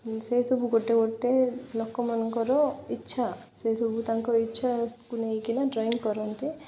ସେସବୁ ଗୋଟେ ଗୋଟେ ଲୋକମାନଙ୍କର ଇଚ୍ଛା ସେସବୁ ତାଙ୍କ ଇଚ୍ଛାକୁ ନେଇକିନା ଡ୍ରଇଂ କରନ୍ତି